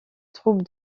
troupes